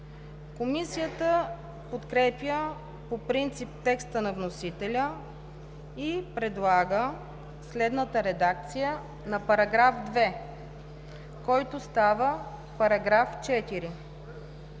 Комисията подкрепя по принцип текста на вносителя и предлага следната редакция на § 12, който става § 24: „§ 24.